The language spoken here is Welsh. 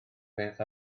beth